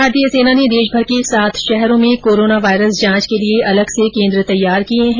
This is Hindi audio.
भारतीय सेना ने देशभर के सात शहरों में कोरोना वायरस जांच के लिए अलग से केंद्र तैयार किए हैं